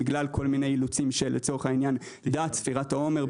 בגלל כל מיני אילוצים של ספירת העומר,